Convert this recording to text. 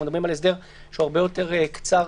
מדברים על הסדר שהוא הרבה יותר קצר-זמן?